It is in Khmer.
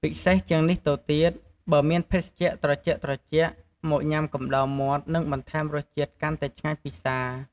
ពិសេសជាងនេះទៅទៀត បើមានភេសជ្ជៈត្រជាក់ៗ មកញុំាកំដរមាត់នឹងបន្ថែមរសជាតិកាន់តែឆ្ងាញ់ពិសា។